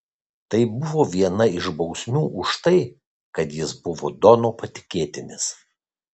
tai buvo viena iš bausmių už tai kad jis buvo dono patikėtinis